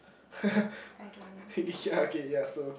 ya okay ya so